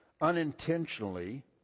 unintentionally